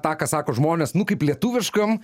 tą ką sako žmonės nu kaip lietuviškam